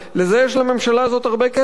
לזה יש לממשלה הזאת הרבה כסף.